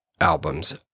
albums